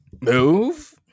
Move